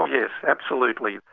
oh yes, absolutely,